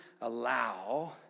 allow